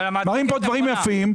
מראים פה דברים יפים,